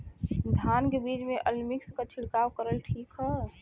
धान के बिज में अलमिक्स क छिड़काव करल ठीक ह?